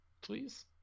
Please